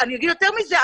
אני אגיד יותר מזה,